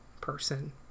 person